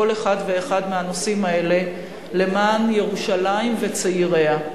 אחד ואחד מהנושאים האלה למען ירושלים וצעיריה.